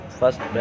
first